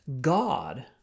God